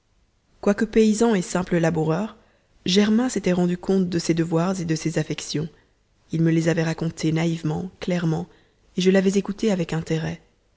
quoique paysan et simple laboureur germain s'était rendu compte de ses devoirs et de ses affections il me les avait racontés naïvement clairement et je l'avais écouté avec intérêt